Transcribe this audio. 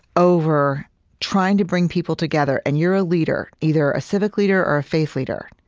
over trying to bring people together, and you're a leader, either a civic leader or a faith leader,